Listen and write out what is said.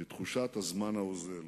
בתחושת הזמן האוזל.